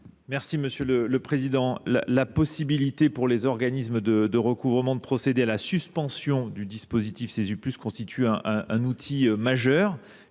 l’avis du Gouvernement ? La possibilité pour les organismes de recouvrement de procéder à la suspension du dispositif Cesu+ constitue un outil majeur.